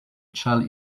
child